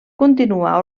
continuar